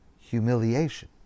humiliation